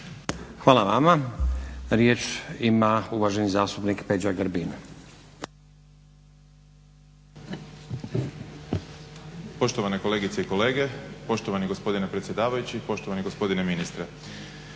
Hvala vama. Riječ ima uvaženi zastupnik Peđa Grbin.